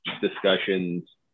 discussions